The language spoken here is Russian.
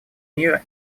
мира